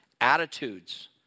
attitudes